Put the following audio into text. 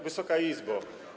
Wysoka Izbo!